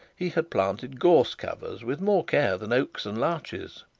he had planted gorse covers with more care than oaks and larches.